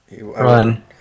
Run